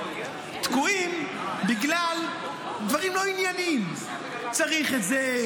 תקועים בגלל דברים לא ענייניים: צריך את זה,